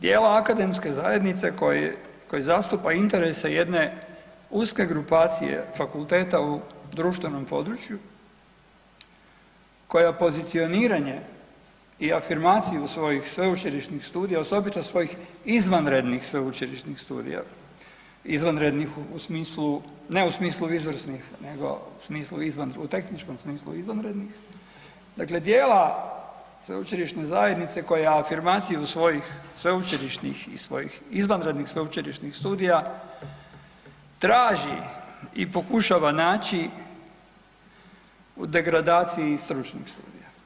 Djela akademske zajednice koji zastupa interese jedne uske grupacije u fakulteta u društvenom područja, koja pozicioniranje i afirmacija svojih sveučilišnih studija, osobito svojih izvanrednih sveučilišnih studija, izvanrednih u smislu, ne u smislu izvrsnih nego u tehničkom smislu izvanrednih, dakle djela sveučilišne zajednice koja afirmaciju svojih sveučilišnih i svoj izvanrednih sveučilišnih studija, traži i pokušava naći u degradaciji stručnih studija.